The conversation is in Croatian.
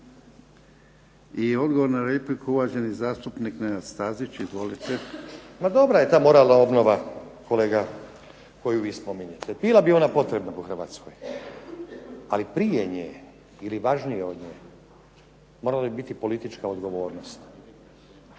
I odgovor na repliku, uvaženi zastupnik Nenad Stazić. Izvolite. **Stazić, Nenad (SDP)** Pa dobra je ta moralna obnova, kolega, koju vi spominjete. Bila bi ona potreba po Hrvatskoj, ali prije nje ili važnije od nje morali bi biti politička odgovornost,